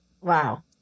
Wow